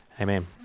amen